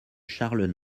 charles